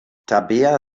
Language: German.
tabea